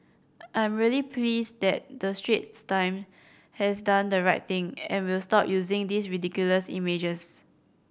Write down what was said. I'm really pleased that the Straits Times has done the right thing and will stop using these ridiculous images